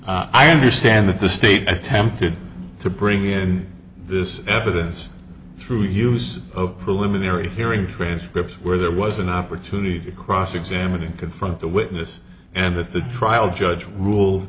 i understand that the state attempted to bring in this evidence through use of luminary hearing transcript where there was an opportunity to cross examine and confront the witness and that the trial judge